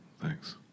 Thanks